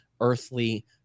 earthly